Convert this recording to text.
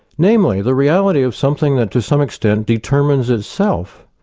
namely the reality of something that to some extent determines itself,